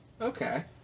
Okay